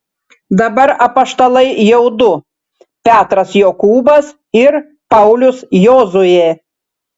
dabar apaštalai jau du petras jokūbas ir paulius jozuė